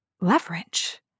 Leverage